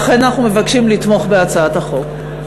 לכן אנחנו מבקשים לתמוך בהצעת החוק.